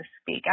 speak